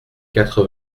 quatre